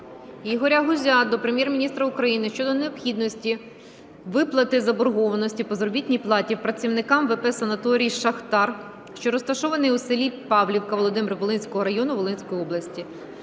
Ігоря Гузя до Прем'єр-міністра України щодо необхідності виплати заборгованості по заробітній платі працівникам ВП Санаторій "Шахтар", що розташований у селі Павлівка Володимир-Волинського району Волинської області.